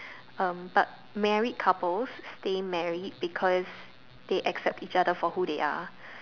um but married couples stay married because they accept each other for who they are